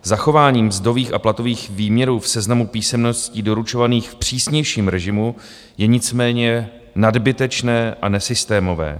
Zachování mzdových a platových výměrů v seznamu písemností doručovaných v přísnějším režimu je nicméně nadbytečné a nesystémové.